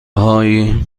های